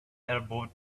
elbowed